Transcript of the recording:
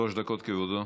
שלוש דקות, כבודו.